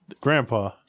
grandpa